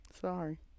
Sorry